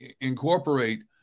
incorporate